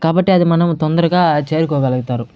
కాబట్టి అది మనం తొందరగా చేరుకోగలుగుతారు